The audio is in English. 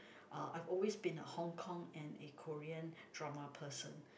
uh I have always been a Hong-Kong and a Korean drama person